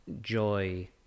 joy